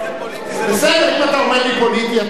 מה פוליטי?